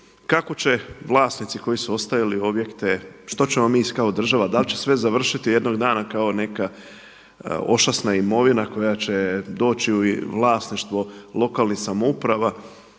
kako će vlasnici koji su ostavljali objekte, što ćemo mi kao država, da li će sve završiti jednog dana kao neka ošasna imovina koja će doći u vlasništvo lokalnih samouprava?